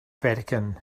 vatican